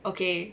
okay